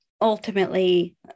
ultimately